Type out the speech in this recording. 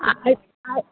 आ इप अ